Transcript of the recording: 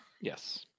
Yes